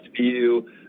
view